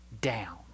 down